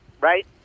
right